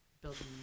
building